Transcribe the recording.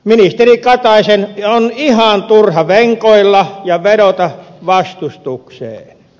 ministeri kataisen on ihan turha venkoilla ja vedota vastustukseen